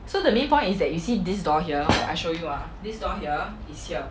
so the main point is that you see this door here I show you ah this door ah is here